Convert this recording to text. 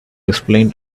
explained